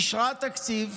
אישרה תקציב,